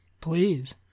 Please